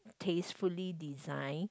tastefully design